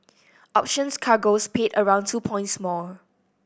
options cargoes paid around two points more